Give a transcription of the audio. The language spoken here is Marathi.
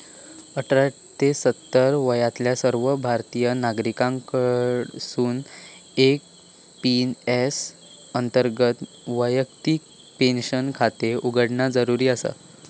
अठरा ते सत्तर वयातल्या सर्व भारतीय नागरिकांकडसून एन.पी.एस अंतर्गत वैयक्तिक पेन्शन खाते उघडणा जरुरी आसा